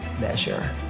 measure